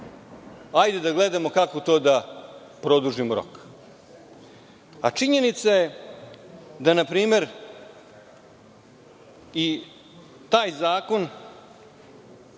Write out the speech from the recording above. Hajde da gledamo kako da produžimo rok. Činjenica je da, na primer, i taj zakon